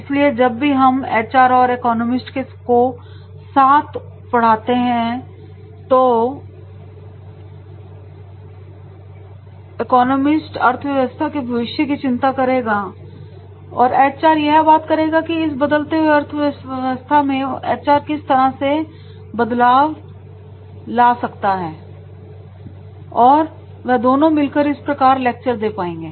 इसलिए जब भी हम एचआर और इकोनॉमिस्ट को साथ पढ़ाते हैं तो अ कानों में अर्थव्यवस्था के भविष्य की चिंता करेगा और एचआर यह बात करेगा की इस बदलते हुए अर्थव्यवस्था में एचआर में किस तरह के बदलाव की आवश्यकता है और वह दोनों मिलकर इस प्रकार लेक्चर दे पाएंगे